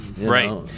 Right